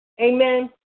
amen